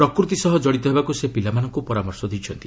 ପ୍ରକୃତି ସହ ଜଡ଼ିତ ହେବାକୁ ସେ ପିଲାମାନଙ୍କୁ ପରାମର୍ଶ ଦେଇଛନ୍ତି